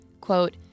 Quote